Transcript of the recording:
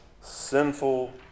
sinful